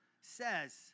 says